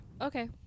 Okay